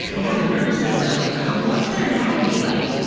they have a nervous system. like what's their anatomy like?